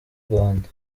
rwanda